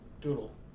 doodle